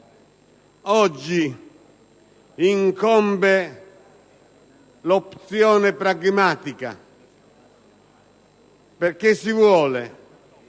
oggi incombe l'opzione pragmatica, perché si vuole